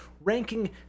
ranking